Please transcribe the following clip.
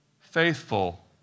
faithful